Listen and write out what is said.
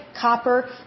copper